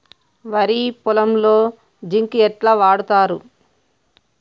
వరి పొలంలో జింక్ ఎట్లా వాడుతరు?